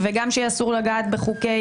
את הזכות להליך הוגן ואת שלטון החוק.